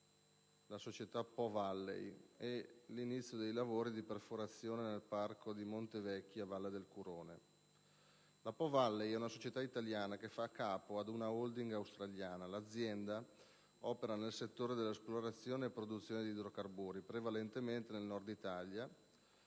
la società Po Valley e l'inizio dei lavori di perforazione nel parco di Montevecchia Valle del Curone. La Po Valley è una società italiana che fa capo ad una *holding* australiana; l'azienda opera nel settore dell'esplorazione e produzione di idrocarburi, prevalentemente nel Nord Italia